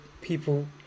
people